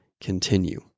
continue